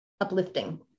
uplifting